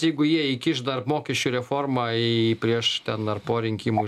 jeigu jie įkiš dar mokesčių reformą į prieš ten ar po rinkimų